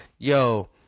Yo